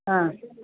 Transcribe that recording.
ஆ